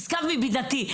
נשגב מבינתי,